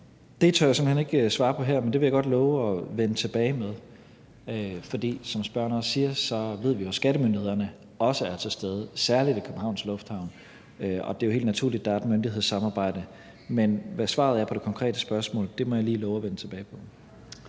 Det tør jeg simpelt hen ikke svare på her, men det vil jeg godt love at vende tilbage med, for som spørgeren også siger, ved vi jo, at skattemyndighederne også er til stede, særlig i Københavns Lufthavn, og det er helt naturligt, at der er et myndighedssamarbejde. Men hvad svaret er på det konkrete spørgsmål, må jeg lige love at vende tilbage med.